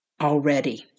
Already